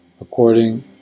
according